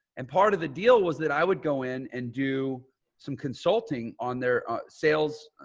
and part of the deal was that i would go in and do some consulting on their sales,